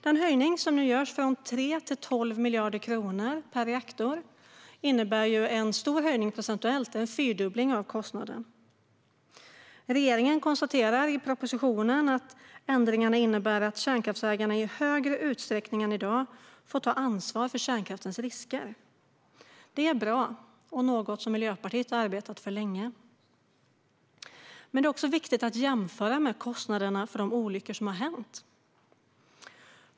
Den höjning som nu görs från 3 till 12 miljarder kronor per reaktor innebär en stor höjning procentuellt, en fyrdubbling av kostnaden. Regeringen konstaterar i propositionen att ändringarna innebär att kärnkraftsägarna i större utsträckning än i dag får ta ansvar för kärnkraftens risker. Det är bra och något som Miljöpartiet har arbetat för länge. Det är också viktigt att jämföra med kostnaderna för de olyckor som har inträffat.